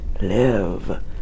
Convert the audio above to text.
Live